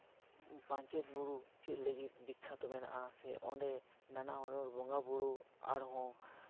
ᱯᱟᱧᱪᱮᱛ ᱵᱩᱨᱩ ᱪᱮᱫ ᱞᱟᱹᱜᱤᱫ ᱵᱤᱠᱽᱠᱷᱟᱛᱚ ᱢᱮᱱᱟᱜᱼᱟ ᱥᱮ ᱚᱸᱰᱮ ᱱᱟᱱᱟ ᱦᱩᱱᱟᱹᱨ ᱵᱚᱸᱜᱟᱼᱵᱩᱨᱩ ᱥᱮ ᱟᱨᱦᱚᱸ